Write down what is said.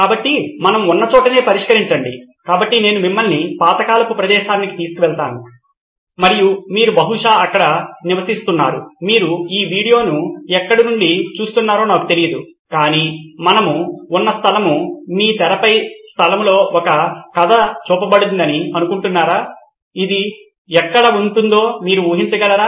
కాబట్టి మనము ఉన్న చోటనే పరిష్కరించండి కాబట్టి నేను మిమ్మల్ని పాతకాలపు ప్రదేశానికి తీసుకెళ్తాను మరియు మీరు బహుశా అక్కడ నివసిస్తున్నారు మీరు ఈ వీడియోను ఎక్కడ నుండి చూస్తున్నారో నాకు తెలియదు కాని మనము ఉన్న స్థలం మీ తెరపై ఈ స్థలంలో ఒక కథ చూపబడిందని అనుకుంటున్నారా ఇది ఎక్కడ ఉంటుందో మీరు ఊహించగలరా